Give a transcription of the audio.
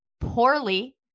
poorly